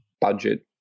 budget